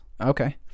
Okay